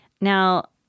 Now